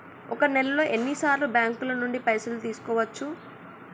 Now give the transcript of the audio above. ఒక నెలలో ఎన్ని సార్లు బ్యాంకుల నుండి పైసలు తీసుకోవచ్చు?